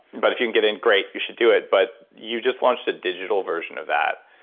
but if you can get in, great. you should do it. but you just launched a digital version of that.